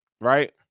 right